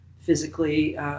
physically